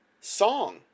song